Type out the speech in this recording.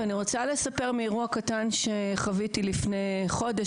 אני רוצה לספר מאירוע קטן שחוויתי לפני חודש,